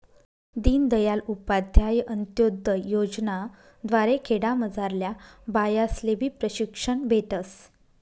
दीनदयाल उपाध्याय अंतोदय योजना द्वारे खेडामझारल्या बायास्लेबी प्रशिक्षण भेटस